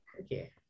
Okay